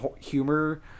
humor